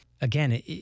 Again